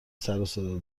سروصدا